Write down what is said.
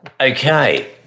Okay